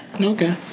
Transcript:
Okay